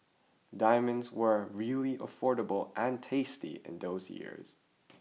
diamonds were really affordable and tasty in those years